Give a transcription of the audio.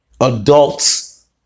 Adults